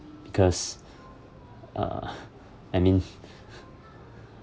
because uh I mean